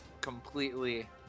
completely